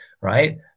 right